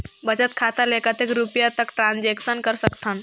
बचत खाता ले कतेक रुपिया तक ट्रांजेक्शन कर सकथव?